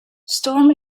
storm